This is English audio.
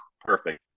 perfect